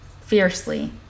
fiercely